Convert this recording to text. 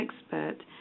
expert